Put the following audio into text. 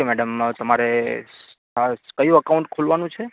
okay madam તમારે કયું account ખોલવાનું છે